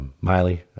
Miley